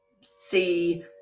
see